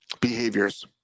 Behaviors